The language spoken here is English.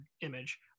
image